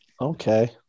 Okay